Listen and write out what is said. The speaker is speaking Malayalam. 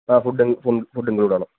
ആ ഫുഡ് ഫുഡ് ഇന്ക്ലൂഡഡ് ആണ്